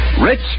Rich